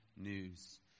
news